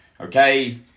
Okay